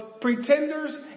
pretenders